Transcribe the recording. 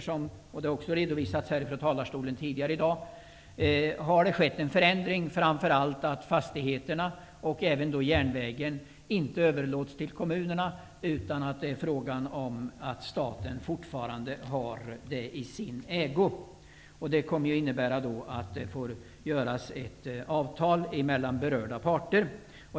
Som också har redovisats tidigare här i dag har det skett en förändring, innebärande att varken fastigheterna eller järnvägen överlåts till kommunerna, utan staten skall fortfarande ha detta i sin ägo. Med anledning av detta måste ett avtal upprättas mellan berörda parter.